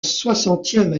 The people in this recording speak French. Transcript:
soixantième